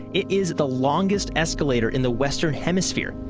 it is the longest escalator in the western hemisphere!